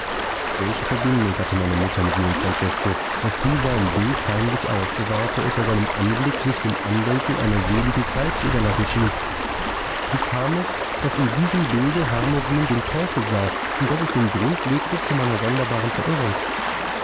welche verbindung hatte meine mutter mit jenem francesko daß sie sein bild heimlich aufbewahrte und bei seinem anblick sich dem andenken einer seligen zeit zu überlassen schien wie kam es daß in diesem bilde hermogen den teufel sah und daß es den grund legte zu meiner sonderbaren verirrung